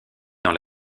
dans